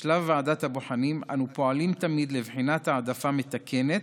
בשלב ועדת הבוחנים אנו פועלים תמיד לבחינת העדפה מתקנת,